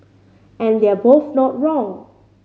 and they're both not wrong